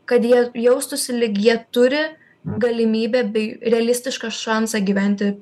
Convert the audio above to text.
kad jie jaustųsi lyg jie turi galimybę bei realistišką šansą gyventi